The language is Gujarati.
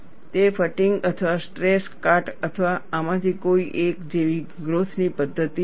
તે ફટીગ અથવા સ્ટ્રેસ કાટ અથવા આમાંથી કોઈ એક જેવી ગ્રોથ ની પદ્ધતિ નથી